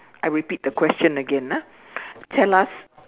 I repeat the question again ah tell us